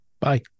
Bye